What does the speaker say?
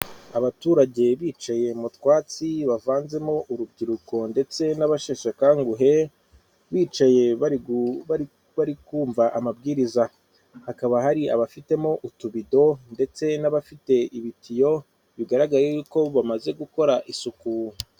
Abaturage bicaye mu twatsi bavanzemo urubyiruko ndetse n'abasheshekanguhe, bicaye bari kumva amabwiriza hakaba hari abafitemo utubido ndetse n'abafite ibitiyo bigaragaye ko bamaze gukora isuku.